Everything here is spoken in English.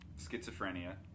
Schizophrenia